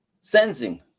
Sensing